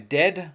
dead